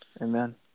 Amen